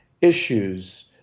issues